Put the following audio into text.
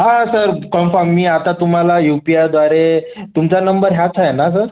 हां सर कॉम्पम मी आता तुम्हाला यूपीआयद्वारे तुमचा नंबर ह्याच आहे ना सर